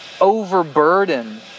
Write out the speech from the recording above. overburden